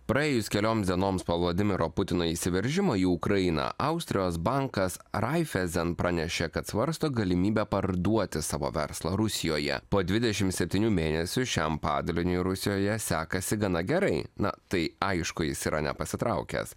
praėjus kelioms dienoms po vladimiro putino įsiveržimo į ukrainą austrijos bankas raifezen pranešė kad svarsto galimybę parduoti savo verslą rusijoje po dvidešim septynių mėnesių šiam padaliniui rusijoje sekasi gana gerai na tai aišku jis yra nepasitraukęs